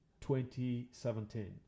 2017